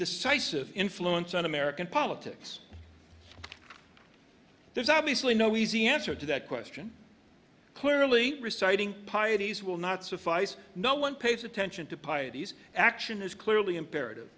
decisive influence on american politics there's obviously no easy answer to that question clearly reciting pieties will not suffice no one pays attention to pieties action is clearly imperative